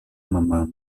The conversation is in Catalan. mamà